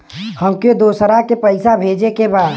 हमके दोसरा के पैसा भेजे के बा?